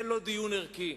זה לא דיון ערכי,